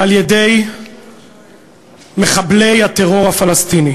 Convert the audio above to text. על-ידי מחבלי הטרור הפלסטיני.